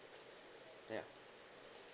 ya